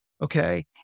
okay